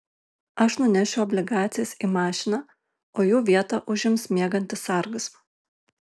aš nunešiu obligacijas į mašiną o jų vietą užims miegantis sargas